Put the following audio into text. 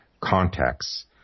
contexts